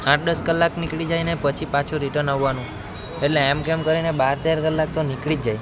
આઠ દસ કલાક નીકળી જાય ને પછી પાછું રિટર્ન આવવાનું એટલે એમ કેમ કરીને બાર તેર કલાક તો નીકળી જાય